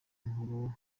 inkuru